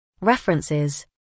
References